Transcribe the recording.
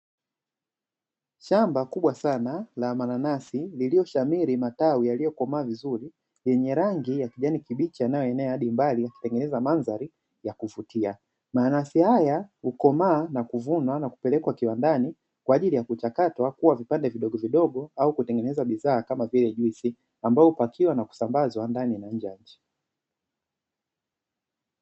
Shamba kubwa sana la mananasi, lililoshamiri mazao yaliyokomaa vizuri, yenye rangi ya kijani kibichi yanayoenea hadi mbali, kutengeneza madhari ya kuvutia. Mananasi haya hukomaa na kuvunwa na kupelekwa kiwandani kwa ajili ya kuchakatwa kuwa vipande vidogovidogo au kutengeneza bidhaa kama vile juisi, ambayo hupakiwa na kusambazwa ndani na nje ya nchi.